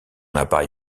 appareil